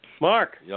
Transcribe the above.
Mark